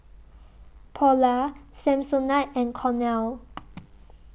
Polar Samsonite and Cornell